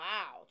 Wow